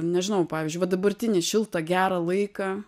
nežinau pavyzdžiui va dabartinį šiltą gerą laiką